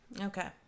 okay